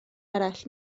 arall